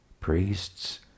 priests